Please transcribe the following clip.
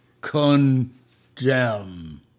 Condemn